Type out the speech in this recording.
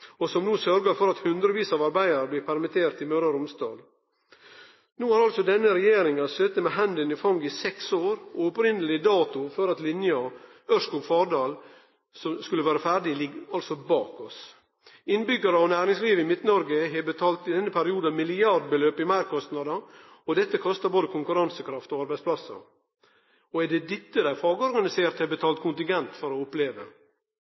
og som no sørgjer for at hundrevis av arbeidarar blir permitterte i Møre og Romsdal. No har altså denne regjeringa sete med hendene i fanget i seks år. Opphavleg dato for når linja Ørskog–Fardal skulle vere ferdig, ligg altså bak oss. Innbyggjarar og næringsliv i Midt-Noreg har i denne perioden betalt milliardbeløp i meirkostnader, og dette har kosta både konkurransekraft og arbeidsplassar. Er det dette dei fagorganiserte har betalt kontingent for å oppleve?